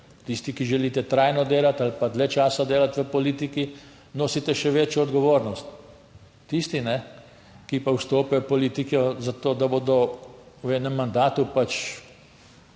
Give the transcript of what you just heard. Tisti, ki želite trajno delati ali pa dlje časa delati v politiki, nosite še večjo odgovornost. Tisti, ki pa vstopajo v politiko za to, da bodo v enem mandatu pač